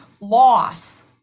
loss